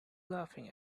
laughing